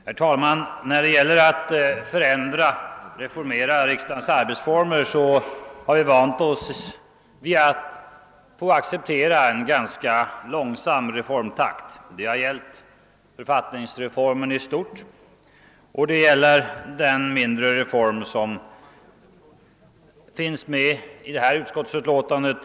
Herr talman! När det gäller att förändra och reformera riksdagens arbetsformer har vi vant oss vid en ganska långsam reformtakt. Det har gällt författningsreformen i stort och det gäller den mindre reform som behandlas i det nu aktuella utskottsutlåtandet.